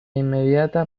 inmediata